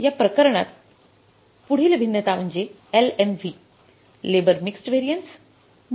तर या प्रकरणात पुढील भिन्नता म्हणजे LMV लेबर मिक्स व्हॅरियन्स